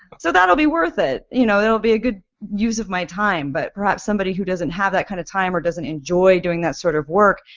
so that will be worth it. you know that would be a good use of my time but perhaps somebody who doesn't have that kind of time or doesn't enjoy doing that sort of work,